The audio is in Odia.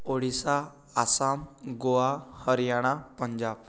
ଓଡ଼ିଶା ଆସାମ ଗୋଆ ହରିୟାଣା ପଞ୍ଜାବ